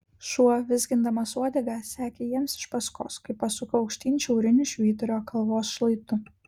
šuo vizgindamas uodega sekė jiems iš paskos kai pasuko aukštyn šiauriniu švyturio kalvos šlaitu